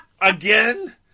Again